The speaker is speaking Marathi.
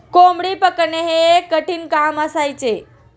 कोंबडी पकडणे हे एक कठीण काम असायचे